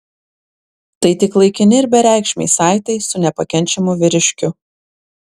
tai tik laikini ir bereikšmiai saitai su nepakenčiamu vyriškiu